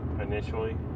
initially